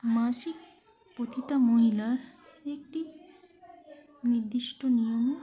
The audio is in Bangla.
মাসিক প্রতিটা মহিলার একটি নির্দিষ্ট নিয়মে